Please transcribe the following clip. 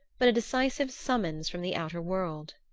but a decisive summons from the outer world.